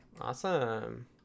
Awesome